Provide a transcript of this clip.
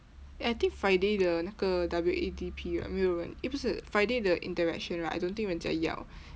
eh I think friday 的那个 W_A_D_P right eh 没有人 eh 不是 friday 的 interaction right I don't think 人家要